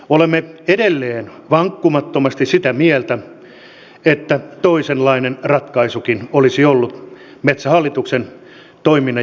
olemme edelleen vankkumattomasti sitä mieltä että metsähallituksen toiminnan järjestämiseksi olisi ollut toisenkinlainen ratkaisu